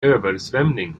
översvämning